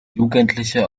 jugendliche